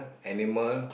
animal